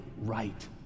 right